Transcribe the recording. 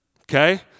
Okay